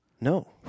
No